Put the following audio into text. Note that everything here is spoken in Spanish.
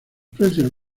precios